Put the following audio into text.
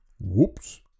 Whoops